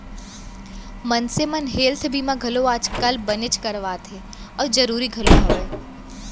मनसे मन हेल्थ बीमा घलौ आज काल बनेच करवात हें अउ जरूरी घलौ हवय